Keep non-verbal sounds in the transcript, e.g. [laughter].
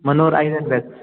मनोहर [unintelligible]